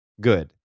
good